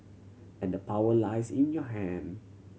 and the power lies in your hand